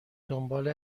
دنبال